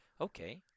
Okay